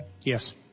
Yes